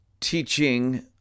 Teaching